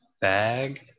bag